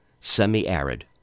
semi-arid